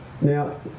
Now